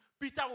Peter